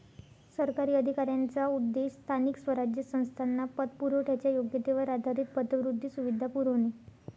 सरकारी अधिकाऱ्यांचा उद्देश स्थानिक स्वराज्य संस्थांना पतपुरवठ्याच्या योग्यतेवर आधारित पतवृद्धी सुविधा पुरवणे